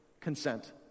consent